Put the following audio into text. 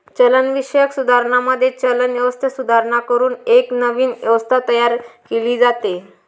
चलनविषयक सुधारणांमध्ये, चलन व्यवस्थेत सुधारणा करून एक नवीन व्यवस्था तयार केली जाते